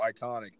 iconic